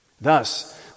Thus